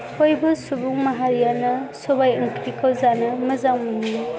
बयबो सुबुं माहारियानो सबाय ओंख्रिखौ जानो मोजां मोनो